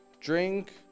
Drink